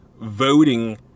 voting